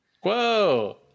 whoa